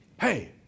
Hey